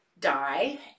die